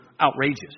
outrageous